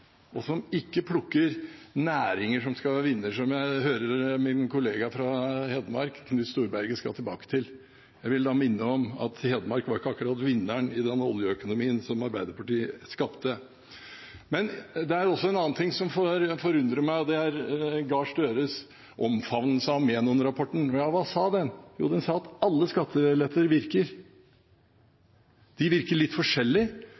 og som ikke plukker næringer som skal vinne, som jeg hører min kollega fra Hedmark, Knut Storberget, skal tilbake til. Jeg vil da minne om at Hedmark ikke akkurat var vinneren i den oljeøkonomien som Arbeiderpartiet skapte. Det er også en annen ting som forundrer meg, og det er Gahr Støres omfavnelse av Menon-rapporten. Ja, hva sa den? Den sa at alle skatteletter virker. De virker litt forskjellig,